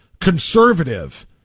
conservative